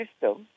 system